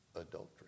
adultery